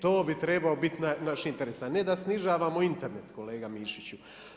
To bi trebao biti naš interes, a ne da snižavamo Internet, kolega Mišiću.